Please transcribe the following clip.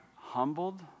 humbled